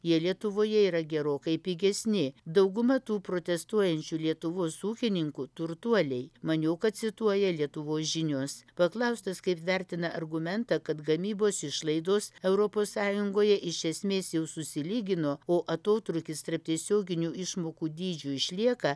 jie lietuvoje yra gerokai pigesni dauguma tų protestuojančių lietuvos ūkininkų turtuoliai maniau kad cituoja lietuvos žinios paklaustas kaip vertina argumentą kad gamybos išlaidos europos sąjungoje iš esmės jau susilygino o atotrūkis tarp tiesioginių išmokų dydžių išlieka